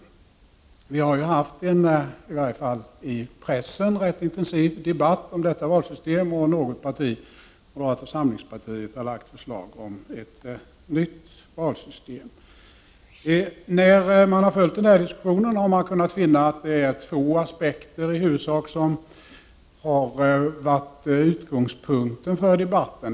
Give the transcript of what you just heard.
Det har i varje fall i pressen varit en rätt intensiv debatt om detta. Ett parti, moderata samlingspartiet, har lagt förslag om ett nytt valsystem. När man har följt denna diskussion har man kunnat finna att det är två aspekter som i huvudsak har varit utgångspunkten för debatten.